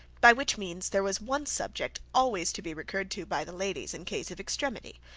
by which means there was one subject always to be recurred to by the ladies in case of extremity,